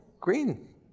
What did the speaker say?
green